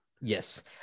Yes